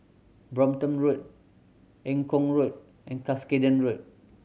Brompton Road Eng Kong Road and Cuscaden Road